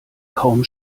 kaum